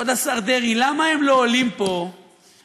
כבוד השר דרעי, למה הם לא עולים פה ומזדעקים